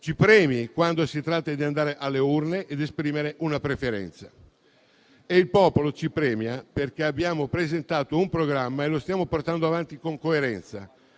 ci premi quando si tratta di andare alle urne e di esprimere una preferenza. Il popolo ci premia perché abbiamo presentato un programma e lo stiamo portando avanti con coerenza.